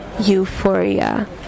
Euphoria